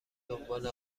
دنبال